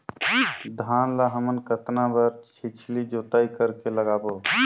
धान ला हमन कतना बार छिछली जोताई कर के लगाबो?